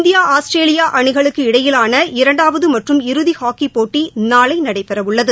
India Australia அணிகளுக்கு இடையிலான இரண்டாவது மற்றும் இறுதி ஹாக்கிப் போட்டி நாளை நடைபெறவுள்ளது